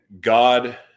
God